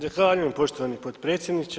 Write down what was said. Zahvaljujem poštovani potpredsjedniče.